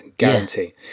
Guarantee